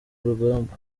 urugamba